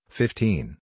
fifteen